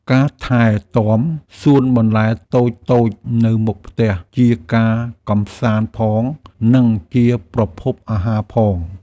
ការថែទាំសួនបន្លែតូចៗនៅមុខផ្ទះជាការកម្សាន្តផង និងជាប្រភពអាហារផង។